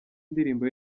indirimbo